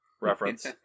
reference